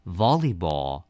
volleyball